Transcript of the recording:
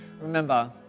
Remember